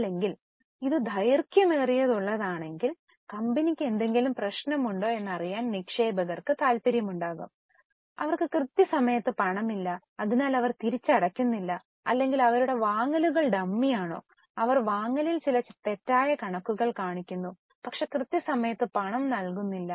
അല്ലെങ്കിൽ ഇത് ദൈർഘ്യമേറിയതാണെങ്കിൽ കമ്പനിയുമായി എന്തെങ്കിലും പ്രശ്നമുണ്ടോ എന്ന് അറിയാൻ നിക്ഷേപകർക്ക് താൽപ്പര്യമുണ്ടാകും അവർക്ക് കൃത്യസമയത്ത് പണമില്ല അതിനാൽ അവർ തിരിച്ചടയ്ക്കുന്നില്ല അല്ലെങ്കിൽ അവരുടെ വാങ്ങലുകൾ ഡമ്മിയാണോ അവർ വാങ്ങലിൽ ചില തെറ്റായ കണക്കുകൾ കാണിക്കുന്നു പക്ഷേ കൃത്യസമയത്ത് പണം നൽകുന്നില്ല